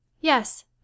Yes